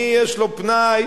מי יש לו פנאי,